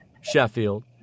Sheffield